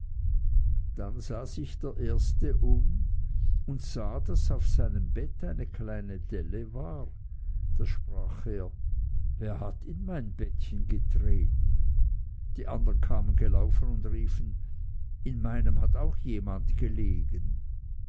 dann sah sich der erste um und sah daß auf seinem bett eine kleine delle war da sprach er wer hat in mein bettchen getreten die andern kamen gelaufen und riefen in meinem hat auch jemand gelegen